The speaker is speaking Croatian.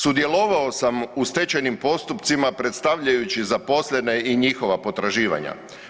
Sudjelovao sam u stečajnim postupcima predstavljajući zaposlene i njihova potraživanja.